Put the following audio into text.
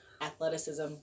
athleticism